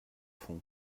fond